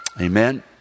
Amen